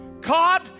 God